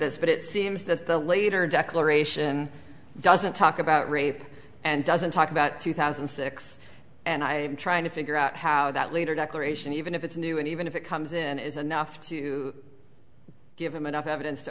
this but it seems that the later declaration doesn't talk about rape and doesn't talk about two thousand and six and i'm trying to figure out how that later declaration even if it's new and even if it comes in is enough to give them enough evidence to